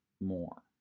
more